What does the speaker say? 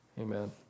amen